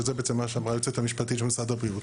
שזה בעצם מה שאמרה היועצת המשפטית של משרד הבריאות,